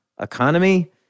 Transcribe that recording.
economy